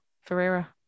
Ferreira